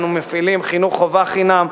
אנו מפעלים חינוך חובה חינם,